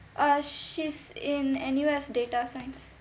uh she's in N_U_S data science